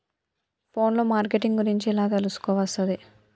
Phone లో marketing గురించి ఎలా తెలుసుకోవస్తది?